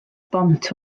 bont